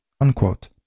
unquote